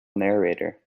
narrator